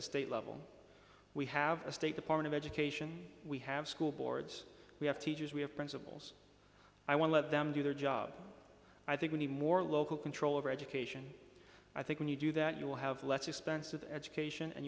the state level we have a state department of education we have school boards we have teachers we have principals i want let them do their job i think we need more local control of education i think when you do that you will have less expensive education and